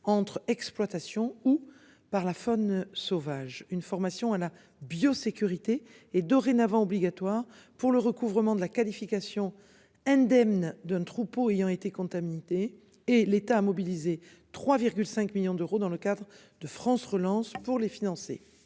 entre exploitation ou par la faune sauvage, une formation à la biosécurité est dorénavant obligatoire pour le recouvrement de la qualification indemne d'un troupeau ayant été comptabilité et l'État a mobilisé 3,5 millions d'euros dans le cadre de France relance pour les financer.